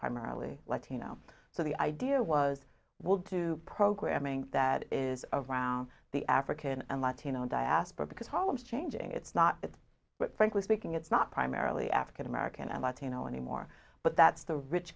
primarily latino so the idea was we'll do programming that is around the african and latino diaspora because holland changing it's not it's frankly speaking it's not primarily african american and latino anymore but that's the rich